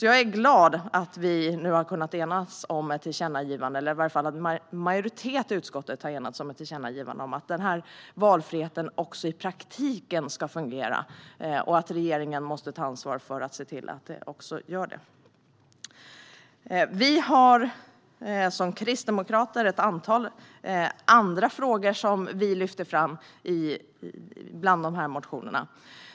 Jag är därför glad att en majoritet i utskottet nu har kunnat enas om ett tillkännagivande om att den här valfriheten också i praktiken ska fungera och att regeringen måste ta ansvar för att se till att den gör det. Vi kristdemokrater har ett antal andra frågor som vi lyfter fram bland de här motionerna.